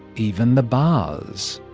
even the bars,